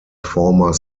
former